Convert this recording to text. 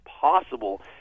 possible